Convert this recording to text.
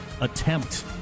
attempt